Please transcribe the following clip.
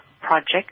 Project